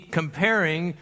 comparing